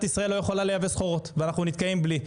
ישראל לא יכולה לייבא סחורות ואנחנו נתקעים בלי,